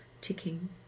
ticking